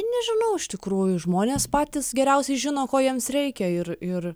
nežinau iš tikrųjų žmonės patys geriausiai žino ko jiems reikia ir ir